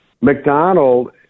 McDonald